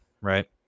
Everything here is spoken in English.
right